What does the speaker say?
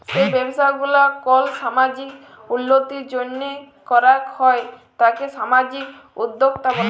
যেই ব্যবসা গুলা কল সামাজিক উল্যতির জন্হে করাক হ্যয় তাকে সামাজিক উদ্যক্তা ব্যলে